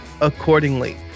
accordingly